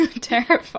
Terrifying